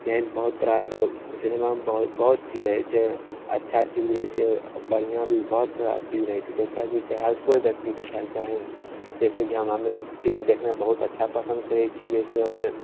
एहन बहुत तरहके सिनेमामे बहुत चीज रहैत छै अच्छा चीज भी रहैत छै बढ़िआँ भी बहुत चीज रहैत छै देखैके भी चाही हर केओ व्यक्तिके देखैके चाही जैसे कि हम फिलिम देखना बहुत पसंद करैत छी जैसे होलै